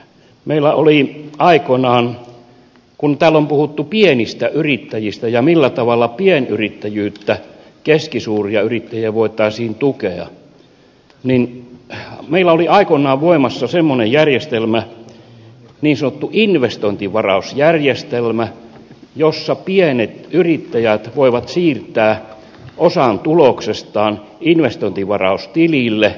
meillä oli aikoinaan kun täällä on puhuttu pienistä yrittäjistä ja millä tavalla pienyrittäjyyttä keskisuuria yrittäjiä voitaisiin tukea niin meillä oli aikoinaan voimassa semmoinen järjestelmä niin sanottu investointivarausjärjestelmä jossa pienet yrittäjät voivat siirtää osan tuloksestaan investointivaraustilille